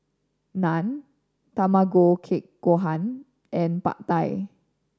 Naan Tamago Kake Gohan and Pad Thai